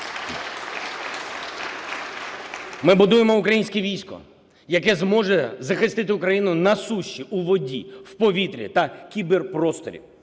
Ми будуємо українське військо, яке зможе захистити Україну на суші, у воді, в повітрі та кіберпросторі,